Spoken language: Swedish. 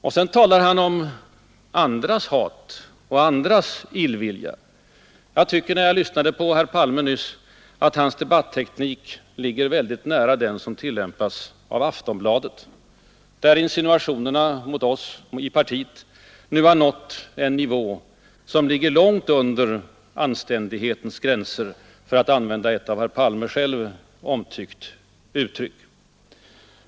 Och sedan talar han om andras hat och illvilja! När jag lyssnade på herr Palme nyss tyckte jag att hans debatteknik ligger väldigt nära den som tillämpas av Aftonbladet, där insinuationerna mot vårt parti nu nått en nivå som ligger långt ”under anständighetens gränser”, för att använda ett av herr Palme själv omtyckt uttryck.